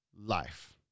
life